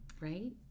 right